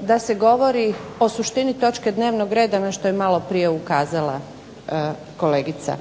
da se govori o suštini točke dnevnog reda na što je malo prije ukazala kolegica.